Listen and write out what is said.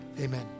amen